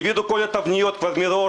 העבירו תבניות מראש,